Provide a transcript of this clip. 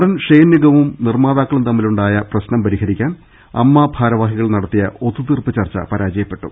നടൻ ഷെയ്ൻ നിഗവും നിർമ്മാതാക്കളും തമ്മിലുണ്ടായ പ്രശ്നം പരിഹരി ക്കാൻ അമ്മ ഭാരവാഹികൾ നടത്തിയ ഒത്തുതീർപ്പ് ചർച്ച പരാജയപ്പെ ട്ടു